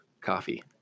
coffee